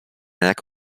jak